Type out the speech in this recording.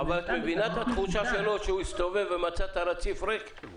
אבל את מבינה את התחושה שלו שהוא הסתובב ומצא את הרציף ריק?